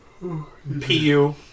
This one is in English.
PU